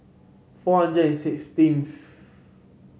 four hundred and sixteenth